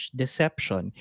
deception